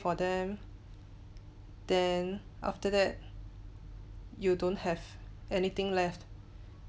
for them then after that you don't have anything left